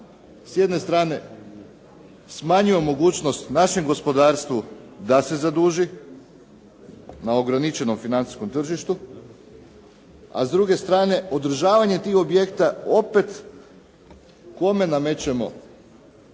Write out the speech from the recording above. S jedne strane mogućnost našem gospodarstvu da se zaduži na ograničenom financijskom tržištu, a s druge strane održavanje tih objekata opet kome namećemo,